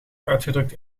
uitgedrukt